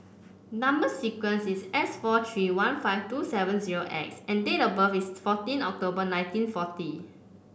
number sequence is S four three one five two seven zero X and date of birth is fourteen October nineteen forty